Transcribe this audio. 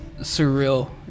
surreal